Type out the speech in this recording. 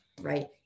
right